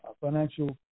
financial